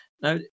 Now